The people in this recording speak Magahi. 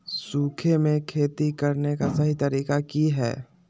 सूखे में खेती करने का सही तरीका की हैय?